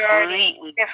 completely